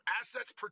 assets